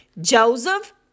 Joseph